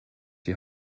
die